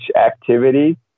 activity